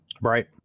Right